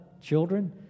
Children